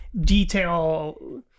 detail